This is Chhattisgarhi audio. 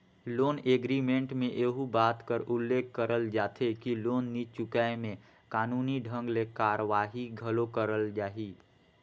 लोन एग्रीमेंट में एहू बात कर उल्लेख करल जाथे कि लोन नी चुकाय में कानूनी ढंग ले कारवाही घलो करल जाही